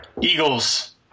Eagles